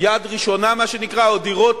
יד ראשונה, מה שנקרא, או: דירות